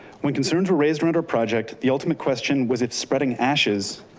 when concerns were raised around our project. the ultimate question was if spreading ashes,